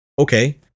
Okay